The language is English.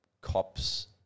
cops